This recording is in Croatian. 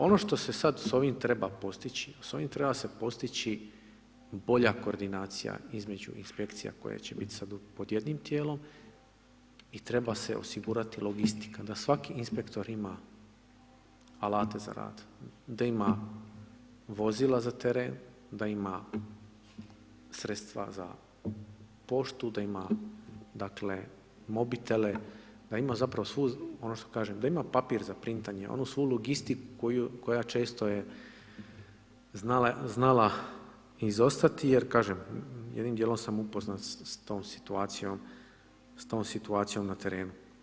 Ono što se sad s ovim treba se postići, s ovim treba se postići bolja koordinacija između Inspekcija koja će sada biti pod jednim tijelom i treba se osigurati logistika, da svaki inspektor ima alate za rad, da ima vozila za teren, da ima sredstva za poštu, da ima, dakle, mobitele, da ima zapravo svu, ono što kažem, da ima papir za printanje, onu svu logistiku koja često je znala izostati jer kažem jednim dijelom sam upoznat s tom situacijom na terenu.